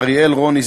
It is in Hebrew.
אריאל רוניס,